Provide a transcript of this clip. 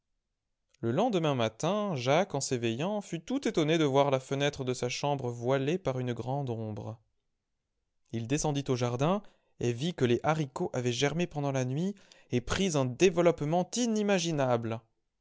le lendemain matin jacques en s'éveillant fut tout étonné de voir la fenêtre de sa chambre voilée par une grande ombre il descendit au jardin et vit que les haricots avaient germé pendant la nuit et pris un développement inimaginable